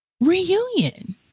reunion